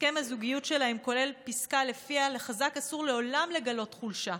הסכם הזוגיות שלהם כולל פסקה שלפיה לחזק אסור לעולם לגלות חולשה,